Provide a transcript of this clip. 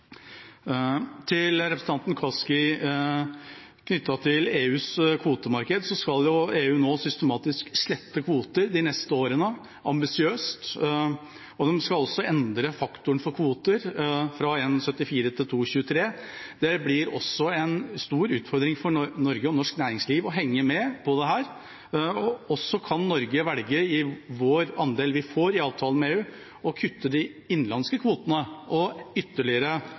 Til representanten Kaski, knyttet til EUs kvotemarked: EU skal nå systematisk slette kvoter de neste årene – ambisiøst – og de skal også endre faktoren for kvoter fra 1,74 pst. til 2,23 pst. Det blir også en stor utfordring for Norge og norsk næringsliv å henge med på dette, og så kan Norge velge i den andelen vi får i avtalen med EU, å kutte de innenlandske kvotene og ytterligere